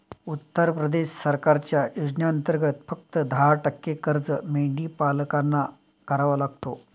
उत्तर प्रदेश सरकारच्या योजनेंतर्गत, फक्त दहा टक्के खर्च मेंढीपालकांना करावा लागतो